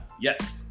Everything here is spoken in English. Yes